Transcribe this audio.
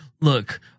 look